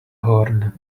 horn